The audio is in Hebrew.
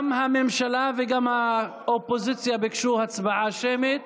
גם הממשלה וגם האופוזיציה ביקשו הצבעה שמית.